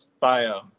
bio